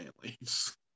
families